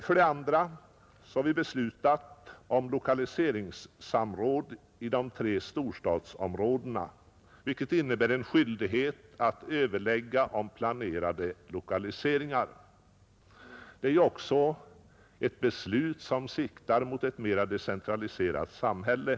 Vidare har vi beslutat om lokaliseringssamråd i de tre storstadsområdena, vilket innebär en skyldighet att överlägga om planerade lokaliseringar. Det är ju också ett beslut som siktar mot ett mera decentraliserat samhälle.